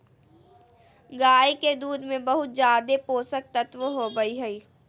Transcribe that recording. गाय के दूध में बहुत ज़्यादे पोषक तत्व होबई हई